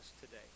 today